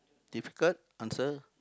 difficult answer